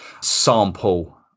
sample